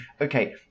okay